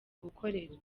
gukorera